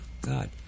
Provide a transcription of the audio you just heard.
God